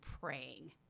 praying